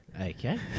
Okay